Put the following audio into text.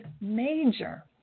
major